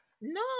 No